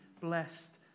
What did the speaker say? blessed